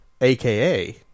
aka